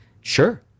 sure